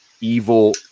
evil